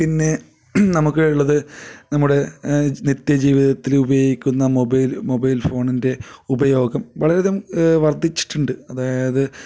പിന്നെ നമുക്ക് ഉള്ളത് നമ്മുടെ നിത്യ ജീവിതത്തിൽ ഉപയോഗിക്കുന്ന മൊബൈൽ മൊബൈൽ ഫോണിൻ്റെ ഉപയോഗം വളരെയധികം വർദ്ധിച്ചിട്ടുണ്ട് അതായത്